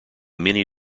many